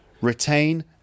retain